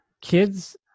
kids